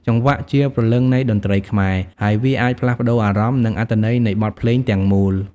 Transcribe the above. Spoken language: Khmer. ចង្វាក់ជាព្រលឹងនៃតន្ត្រីខ្មែរ ហើយវាអាចផ្លាស់ប្ដូរអារម្មណ៍ និងអត្ថន័យនៃបទភ្លេងទាំងមូល។